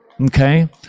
Okay